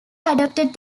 adopted